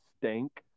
stank